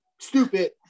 stupid